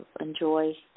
enjoy